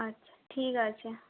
আচ্ছা ঠিক আছে